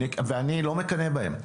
ואני לא מקנא בהם,